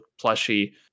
Plushy